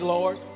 Lord